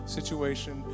situation